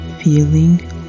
feeling